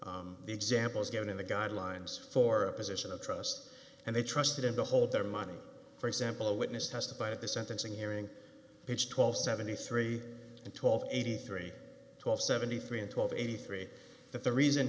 of the examples given in the guidelines for a position of trust and they trusted him to hold their money for example a witness testified at the sentencing hearing which twelve seventy three eighty three twelve seventy three and twelve eighty three that the reason